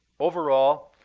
overall